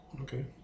Okay